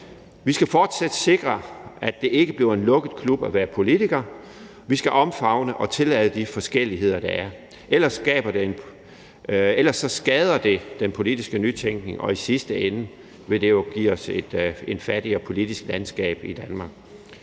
Vi skal fortsat sikre, at det ikke bliver en lukket klub at være politiker; vi skal omfavne og tillade de forskelligheder, der er – ellers skader det den politiske nytænkning, og i sidste ende vil det jo give os et fattigere politisk landskab i Danmark.